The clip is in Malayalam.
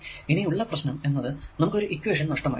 ഇനി ഉള്ള പ്രശ്നം എന്നത് നമുക്ക് ഒരു ഇക്വേഷൻ നഷ്ടമായി